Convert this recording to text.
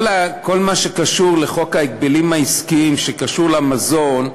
כל מה שקשור לחוק ההגבלים העסקיים במה שקשור למזון,